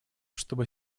чтобы